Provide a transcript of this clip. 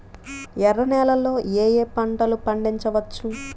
ఎర్ర నేలలలో ఏయే పంటలు పండించవచ్చు?